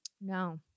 No